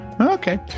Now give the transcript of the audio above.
okay